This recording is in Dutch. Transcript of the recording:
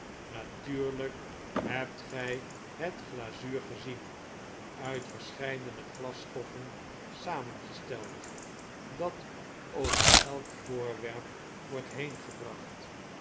hebt gii het glazuur gezien uit verscheidene glasstoffen samengesteld dat over elk voorwerp wordt